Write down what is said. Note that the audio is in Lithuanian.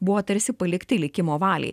buvo tarsi palikti likimo valiai